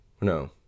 No